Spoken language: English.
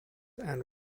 and